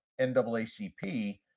naacp